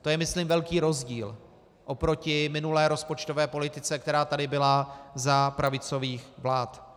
To je, myslím, velký rozdíl oproti minulé rozpočtové politice, která tady byla za pravicových vlád.